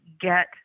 get